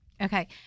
Okay